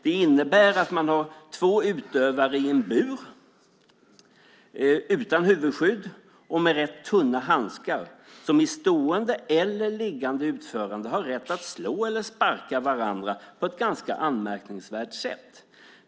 Det innebär att man har två utövare i en bur, utan huvudskydd och med rätt tunna handskar som i stående eller liggande ställning har rätt att slå eller sparka varandra på ett ganska anmärkningsvärt sätt.